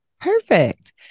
Perfect